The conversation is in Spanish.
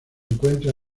encuentra